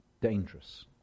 dangerous